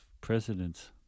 presidents